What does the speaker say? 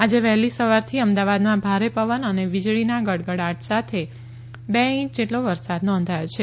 આજે વહેલી સવાર થી અમદાવાદમાં ભારે પવન અને વીજળીના ગડગડાટ વચ્ચે બે ઇંચ જેટલો વરસાદ નોંધાયો છે